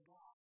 God